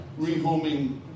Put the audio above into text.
rehoming